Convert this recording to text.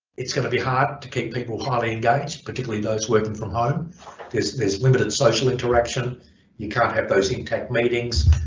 it's going to be hard to keep people highly engaged particularly those working from home there's there's limited social interaction you can't have those in tact meetings,